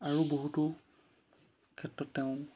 আৰু বহুতো ক্ষেত্ৰত তেওঁ